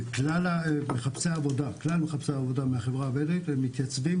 וכלל מחפשי העבודה מהחברה הבדואית מתייצבים